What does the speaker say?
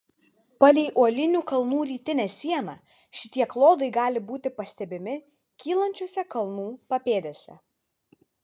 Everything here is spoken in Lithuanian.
palei uolinių kalnų rytinę sieną šitie klodai gali būti pastebimi kylančiose kalnų papėdėse